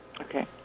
Okay